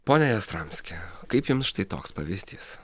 pone jastramski kaip jums štai toks pavyzdys